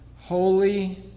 Holy